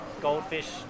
Goldfish